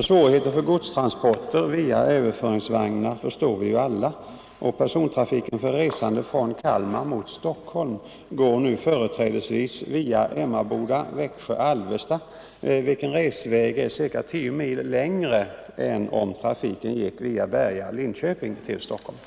Svårigheten för godstransporter via överföringsvagnar förstår vi ju alla, och persontrafiken från Kalmar mot Stockholm går nu företrädesvis via Emmaboda-Växjö-Alvesta, vilken resväg är ca 10 mil längre än om trafiken gick via Berga-Linköping till Stockholm.